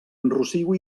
enrossiu